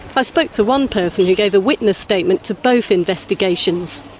i spoke to one person who gave a witness statement to both investigations.